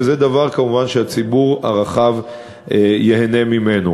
וזה כמובן דבר שהציבור הרחב ייהנה ממנו.